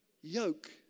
yoke